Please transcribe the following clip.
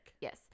Yes